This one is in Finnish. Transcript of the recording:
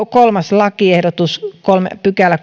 kolmas lakiehdotus kolmaskymmenesviides pykälä